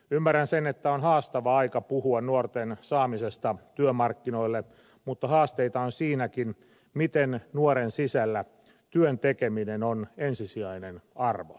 ymmärrän sen että on haastava aika puhua nuorten saamisesta työmarkkinoille mutta haasteita on siinäkin miten nuoren sisällä työn tekeminen on ensisijainen arvo